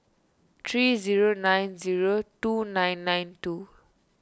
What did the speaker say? three zero nine zero two nine nine two